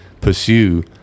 pursue